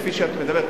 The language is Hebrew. כפי שאת אומרת,